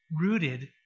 rooted